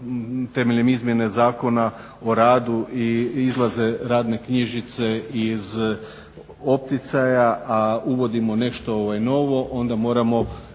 temeljem izmjene zakona o radu i izlaze radne knjižice iz opticaja, a uvodimo nešto novo onda moramo